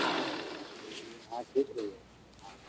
हाँ हाँ हाँ ठीक कह रहे हाँ